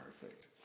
Perfect